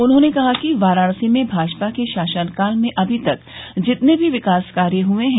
उन्होंने कहा कि वाराणसी में भाजपा के शासन काल में अभी तक जितने भी विकास कार्य हुए हैं